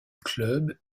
club